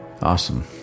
Awesome